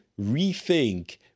rethink